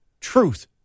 truth